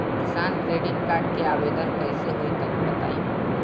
किसान credit card के आवेदन कईसे होई तनि बताई?